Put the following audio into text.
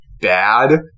bad